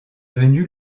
venu